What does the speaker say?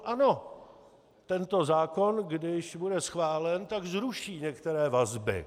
Ano, tento zákon, když bude schválen, tak zruší některé vazby.